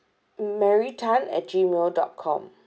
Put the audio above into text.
mary Tan at gmail dot com